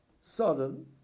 sudden